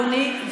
אדוני,